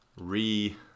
re